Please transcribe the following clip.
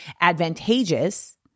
advantageous